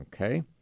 Okay